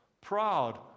Proud